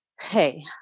hey